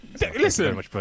Listen